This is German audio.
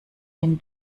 wenn